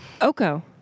Oko